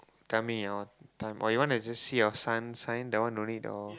tell me your time or you want to just see your sun sign that one don't need or